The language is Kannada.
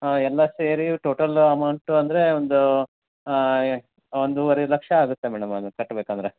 ಹಾಂ ಎಲ್ಲ ಸೇರಿ ಟೋಟಲ್ ಅಮೌಂಟು ಅಂದರೆ ಒಂದು ಒಂದುವರೆ ಲಕ್ಷ ಆಗುತ್ತೆ ಮೇಡಮ್ ಅದನ್ನು ಕಟ್ಬೇಕು ಅಂದರೆ